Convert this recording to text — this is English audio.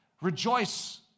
Rejoice